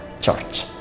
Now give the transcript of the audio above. church